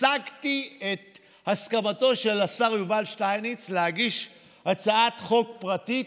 השגתי את הסכמתו של השר יובל שטייניץ להגיש הצעת חוק פרטית,